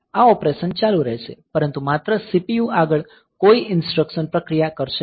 આ ઓપરેશન ચાલુ રહેશે પરંતુ માત્ર CPU આગળ કોઈ ઇન્સ્ટ્રક્સન પ્રક્રિયા કરશે નહીં